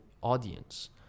audience